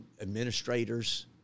Administrators